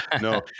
No